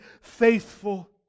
faithful